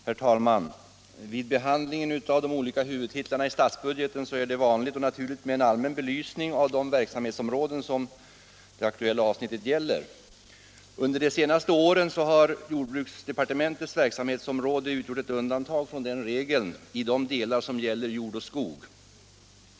Herr talman! Vid behandlingen av de olika huvudtitlarna i statsbudgeten är det vanligt och naturligt med en allmän belysning av det verksamhetsområde som det aktuella avsnittet gäller. Under de senaste åren har jordbruksdepartementets verksamhetsområde utgjort ett undantag från den regeln i de delar som gäller jord och skog.